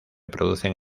producen